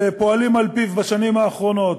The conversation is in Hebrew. שפועלים על-פיו בשנים האחרונות,